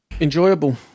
enjoyable